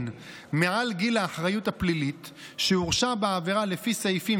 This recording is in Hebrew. מעל גיל האחריות הפלילית שהורשע בעבירה לפי סעיפים